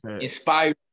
Inspiring